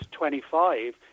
25